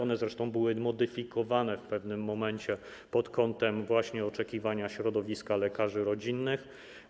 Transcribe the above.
One zresztą były modyfikowane w pewnym momencie pod kątem oczekiwania środowiska lekarzy rodzinnych.